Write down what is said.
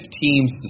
teams